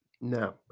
No